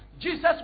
Jesus